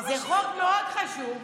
זה חוק מאוד חשוב.